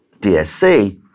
DSC